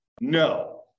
no